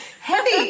Heavy